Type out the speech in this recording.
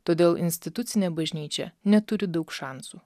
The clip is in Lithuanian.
todėl institucinė bažnyčia neturi daug šansų